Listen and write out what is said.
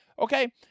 Okay